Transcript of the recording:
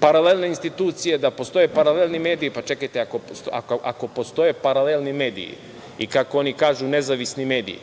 paralelne institucije, paralelni mediji. Čekajte, ako postoje paralelni mediji i kako oni kažu nezavisni mediji,